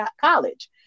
college